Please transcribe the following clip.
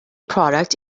product